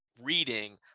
reading